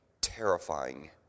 Terrifying